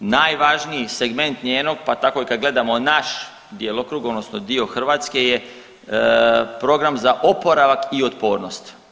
Najvažniji segment njenog pa tako i kad gledamo naš djelokrug odnosno dio Hrvatske je program za oporavak i otpornost.